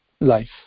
life